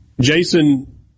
Jason